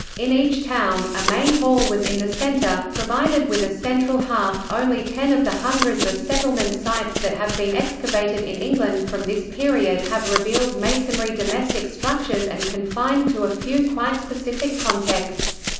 in each town, a main hall was in the centre, provided with a central hearth only ten of the hundreds of settlement sites that have been excavated in england from this period have revealed masonry domestic structures and confined to a few quite specific contexts.